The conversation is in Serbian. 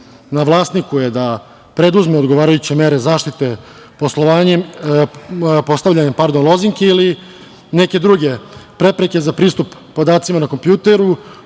vlasniku je da preduzme odgovarajuće mere zaštite postavljanjem lozinke ili neke druge prepreke za pristup podacima na kompjuteru,